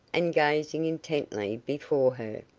and gazing intently before her.